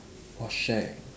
!wah! shag